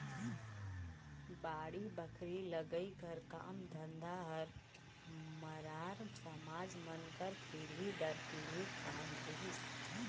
बाड़ी बखरी लगई कर काम धंधा हर मरार समाज मन कर पीढ़ी दर पीढ़ी काम रहिस